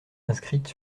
inscrite